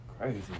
Crazy